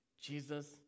Jesus